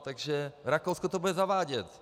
Takže Rakousko to bude zavádět.